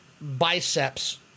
biceps